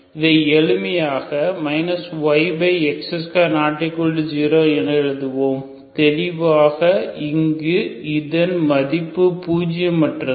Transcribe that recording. இதை எளிமையாக yx2≠0 என எழுதுவோம் தெளிவாக இங்கு இதன் மதிப்பு பூஜ்யம் அற்றது